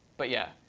but yeah.